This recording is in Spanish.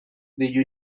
the